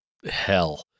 Hell